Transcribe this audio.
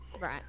right